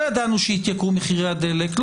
לא ידענו שיתייקרו מחירי הדלק,